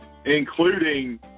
including